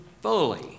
fully